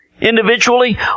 individually